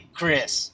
Chris